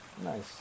Nice